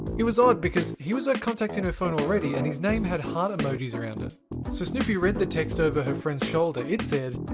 it was odd because he was a contact her phone already, and his name had heart emojies around it. so snewpee read the text over her friend's shoulder. it said,